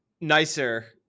nicer